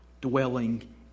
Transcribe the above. dwelling